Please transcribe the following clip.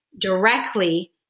directly